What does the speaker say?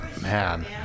Man